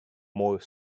more